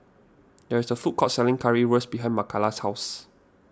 there is a food court selling Currywurst behind Makaila's house